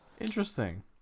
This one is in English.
interesting